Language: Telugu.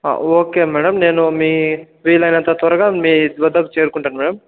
ఓకే మేడం నేను మీ వీలైనంత త్వరగా మీ వద్దకు చేరుకుంటాను మేడం